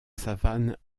savane